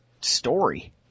story